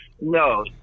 no